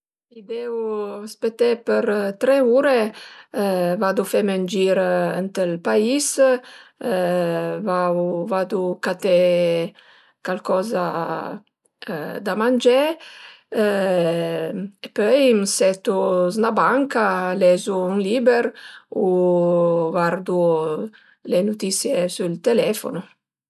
Si devu speté për tre ure vadu feme ën gir ënt ël pais vau vadu caté calcoza da mangé pöi m'setu s'na banca, lezu ën liber u vardu le nutisie sül telefono